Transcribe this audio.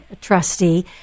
trustee